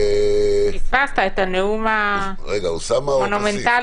בבקשה, אוסאמה.